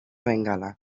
bengala